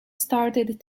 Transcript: started